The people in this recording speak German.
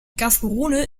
gaborone